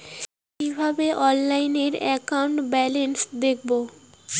কিভাবে অনলাইনে account balance দেখবো?